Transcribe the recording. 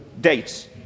Dates